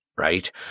right